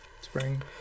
spring